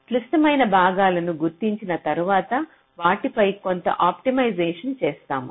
క్లిష్టమైన భాగాలను గుర్తించిన తర్వాత వాటిపై కొంత ఆప్టిమైజేషన్ చేస్తాము